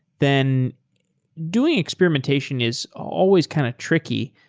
then doing experimentation is always kind of tricky.